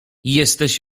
jesteś